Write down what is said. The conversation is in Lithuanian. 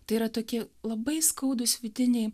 tai yra tokie labai skaudūs vidiniai